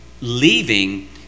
leaving